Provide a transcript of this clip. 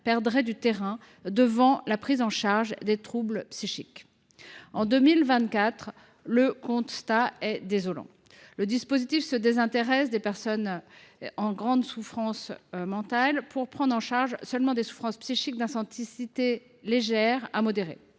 perdrait du terrain devant la prise en charge des troubles psychiques. En 2024, le constat est désolant. Le dispositif se désintéresse des personnes en grande souffrance mentale, pour prendre en charge seulement des souffrances psychiques d’intensité légère à modérée